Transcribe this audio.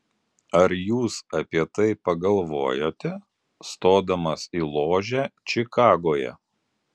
ar jūs apie tai pagalvojote stodamas į ložę čikagoje